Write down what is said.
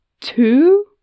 Two